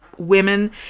Women